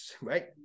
right